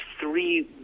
three